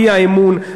האי-אמון,